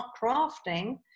crafting